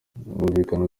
bumvikana